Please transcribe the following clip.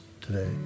today